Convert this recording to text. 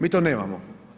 Mi to nemamo.